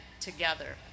together